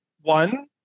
One